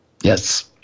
Yes